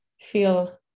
feel